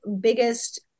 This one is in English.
biggest